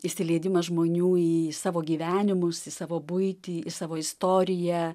įsileidimas žmonių į savo gyvenimus į savo buitį į savo istoriją